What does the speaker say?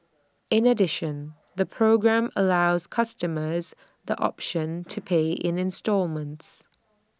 in addition the programme allows customers the option to pay in instalments